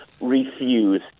refuse